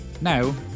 Now